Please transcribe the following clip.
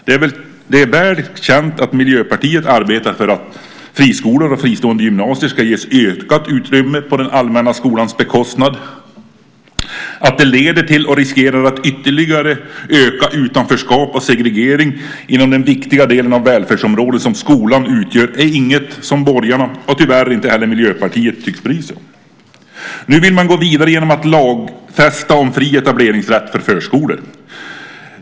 Det är väl känt att Miljöpartiet arbetar för att friskolor och fristående gymnasier ska ges ökat utrymme på den allmänna skolans bekostnad. Att det leder till och riskerar att ytterligare öka utanförskap och segregering inom den viktiga delen av välfärdsområdet som skolan utgör är inget som borgarna och tyvärr inte heller Miljöpartiet tycks bry sig om. Nu vill man gå vidare genom att lagfästa fri etableringsrätt för förskolor.